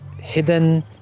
hidden